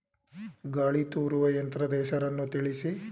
ಗಾಳಿ ತೂರುವ ಯಂತ್ರದ ಹೆಸರನ್ನು ತಿಳಿಸಿ?